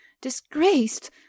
disgraced